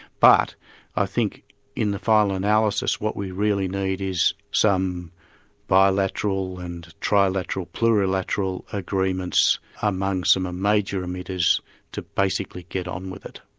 but i think in the final analysis what we really need is some bilateral and trilateral, plurilateral agreements among some major emitters to basically get on with it.